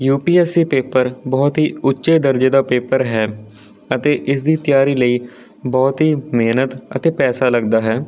you P S C paper ਬਹੁਤ ਹੀ ਉੱਚੇ ਦਰਜੇ ਦਾ ਪੇਪਰ ਹੈ ਅਤੇ ਇਸ ਦੀ ਤਿਆਰੀ ਲਈ ਬਹੁਤ ਹੀ ਮਿਹਨਤ ਅਤੇ ਪੈਸਾ ਲੱਗਦਾ ਹੈ